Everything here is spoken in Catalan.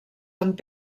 amb